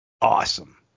awesome